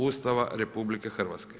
Ustava RH.